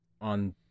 On